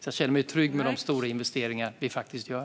Jag känner mig trygg med de stora investeringar som vi faktiskt gör.